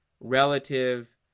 relative